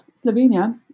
Slovenia